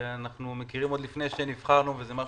אנחנו מכירים עוד לפני שנבחרנו וזה דבר